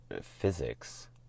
physics